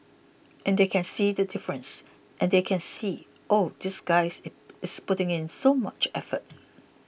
and they can see the difference and they can see oh this guys is putting in so much effort